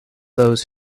those